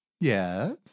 Yes